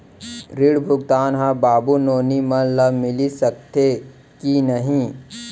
ऋण भुगतान ह बाबू नोनी मन ला मिलिस सकथे की नहीं?